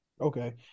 Okay